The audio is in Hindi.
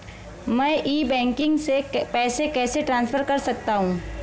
मैं ई बैंकिंग से पैसे कैसे ट्रांसफर कर सकता हूं?